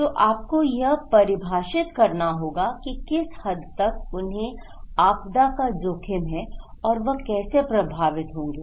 तो आपको यह परिभाषित करना होगा कि किस हद तक उन्हें आपदा का जोखिम है और वह कैसे प्रभावित होंगे